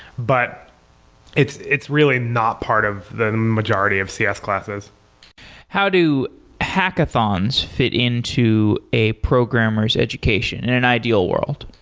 but it's it's really not part of the majority of cs classes how do hackathons fit into a programmer s education in an ideal world?